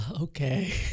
okay